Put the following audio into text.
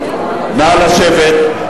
נא לשבת.